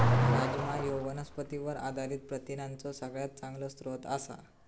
राजमा ह्यो वनस्पतींवर आधारित प्रथिनांचो सगळ्यात चांगलो स्रोत आसा